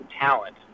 talent